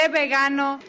vegano